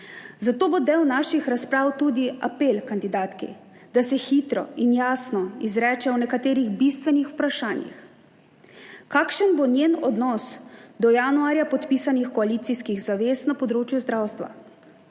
zato bo del naših razprav tudi apel kandidatki, da se hitro in jasno izreče o nekaterih bistvenih vprašanjih. Kakšen bo njen odnos do januarja podpisanih koalicijskih zavez na področju zdravstva?